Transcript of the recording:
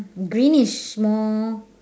green is more